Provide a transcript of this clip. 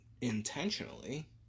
intentionally